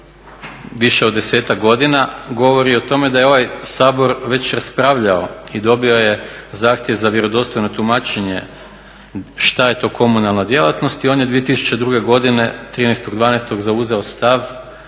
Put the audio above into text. više od 10-ak godina govori o tome da je ovaj Sabor već raspravljao i dobio je zahtjev za vjerodostojno tumačenje što je to komunalna djelatnost i on je 13.12.2002. godine zauzeo stav